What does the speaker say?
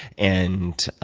and